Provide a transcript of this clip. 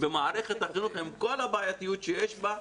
במערכת החינוך עם כל הבעייתיות שיש בה,